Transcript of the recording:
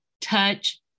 touch